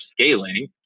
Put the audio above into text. scaling